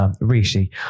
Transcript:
Rishi